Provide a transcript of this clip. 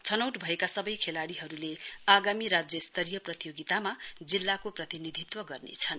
छनौट भएका सबै खेलाडीहरूले आगामी राज्य स्तरीय प्रतियोगितामा जिल्लाको प्रतिनिधित्व गर्नेछन्